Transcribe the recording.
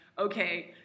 okay